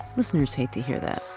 listeners hate to hear that.